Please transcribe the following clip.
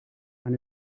and